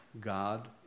God